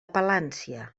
palància